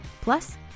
plus